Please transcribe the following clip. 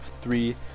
three